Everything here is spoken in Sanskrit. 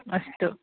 अस्तु